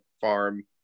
farm